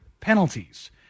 penalties